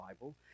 Bible